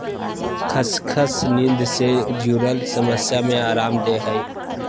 खसखस नींद से जुरल समस्या में अराम देय हइ